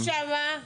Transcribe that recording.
-- ויישן שמה.